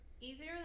easier